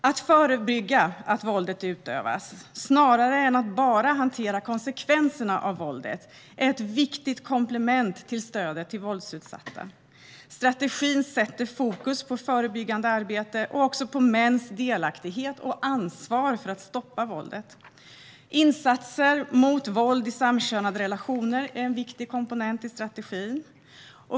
Att förebygga att våldet utövas, snarare än att bara hantera konsekvenserna av våldet, är ett viktigt komplement till stödet till våldsutsatta. Regeringens strategi sätter fokus på förebyggande arbete och även på mäns delaktighet och ansvar för att stoppa våldet. Insatser mot våld i samkönade relationer är en viktig komponent i strategin.